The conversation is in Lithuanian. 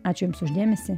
ačiū jums už dėmesį